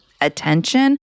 attention